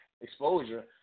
exposure